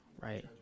right